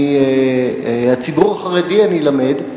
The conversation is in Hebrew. מהציבור החרדי אני למד,